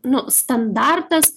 nu standartas